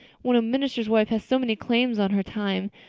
when a minister's wife has so many claims on her time!